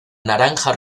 naranja